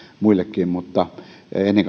muillekin ja ennen